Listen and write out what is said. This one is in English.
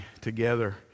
together